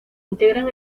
integran